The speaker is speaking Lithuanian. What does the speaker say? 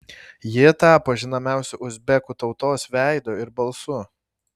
ji tapo žinomiausiu uzbekų tautos veidu ir balsu